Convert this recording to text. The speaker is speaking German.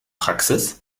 praxis